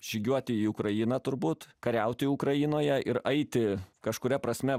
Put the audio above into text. žygiuoti į ukrainą turbūt kariauti ukrainoje ir eiti kažkuria prasme